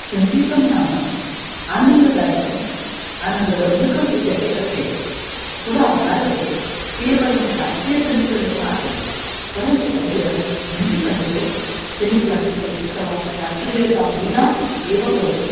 सङ्गीतं नाम आनन्ददायकम् आनन्दवर्धकम् इत्यपि कथेत् पुरा भारते केवलं शास्त्रीयसङ्गीतमेव आसीत् परन्तु अद्य सङ्गीतं तु सेमिक्लासिकल् अथवा शास्त्रीयतां विना एव भवति